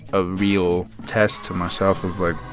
a real test to myself of, like,